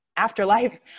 Afterlife